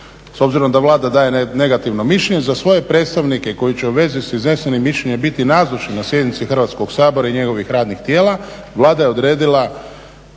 s obzirom da Vlada daje negativno mišljenje za svoje predstavnike koji će u vezi s iznesenim mišljenjem biti nazočni na sjednici Hrvatskog sabora i njegovih radnih tijela Vlada je odredila